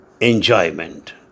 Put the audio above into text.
enjoyment